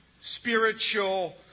spiritual